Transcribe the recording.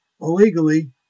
illegally